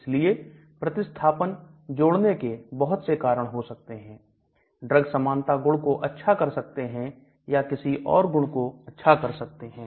इसलिए प्रतिस्थापन जोड़ने के बहुत से कारण हो सकते हैं ड्रग समानता गुण को अच्छा कर सकते हैं या किसी और गुण को अच्छा कर सकते हैं